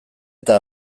eta